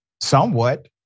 Somewhat